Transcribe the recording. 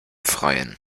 freien